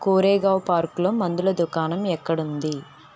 కోరేగావ్ పార్క్లో మందుల దుకాణం ఎక్కడుంది